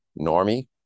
normie